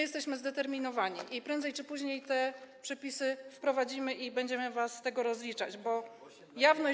Jesteśmy zdeterminowani i prędzej czy później te przepisy wprowadzimy i będziemy was z tego rozliczać, bo jawność.